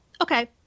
Okay